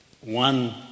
One